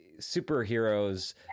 superheroes